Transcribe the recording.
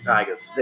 Tigers